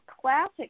classic